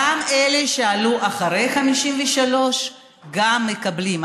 גם אלה שעלו אחרי 1953, גם הם מקבלים.